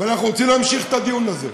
ואנחנו רוצים להמשיך את הדיון הזה.